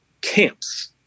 camps